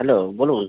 hello বলুন